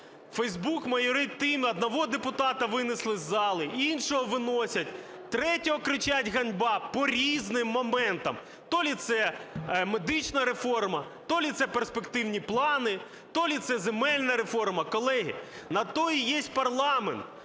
Фейсбук майорить: одного депутата винесли із залу, іншого виносять, третьому кричать: "Ганьба" по різним моментам. То ли це медична реформа, то ли це перспективні плани, то ли це земельна реформа. Колеги, на то і є парламент,